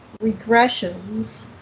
regressions